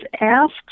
asked